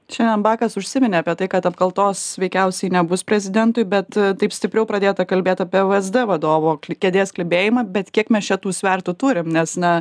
šiandien bakas užsiminė apie tai kad apkaltos veikiausiai nebus prezidentui bet taip stipriau pradėta kalbėt apie vzd vadovo kėdės klibėjimą bet kiek mes čia tų svertų turim nes na